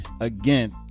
again